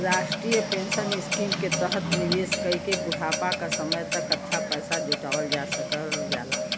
राष्ट्रीय pension scheme के तहत निवेश कइके बुढ़ापा क समय तक अच्छा पैसा जुटावल जा सकल जाला